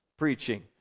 preaching